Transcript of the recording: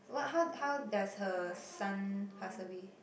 what how how does her son pass away